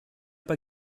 pas